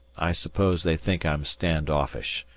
i suppose they think i'm stand-offish.